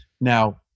Now